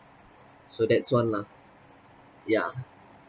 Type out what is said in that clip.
so that's one lah yeah